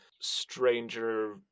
stranger